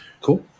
Cool